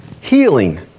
Healing